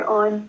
on